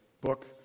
book